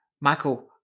Michael